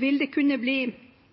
vil det kunne bli